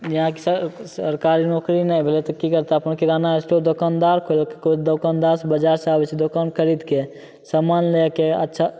जेनाकि सब सरकारी नौकरी नहि भेलै तऽ की करतै अपन किराना स्टोर दोकान केकरो दोकानदार सऽ समान लएके अच्छा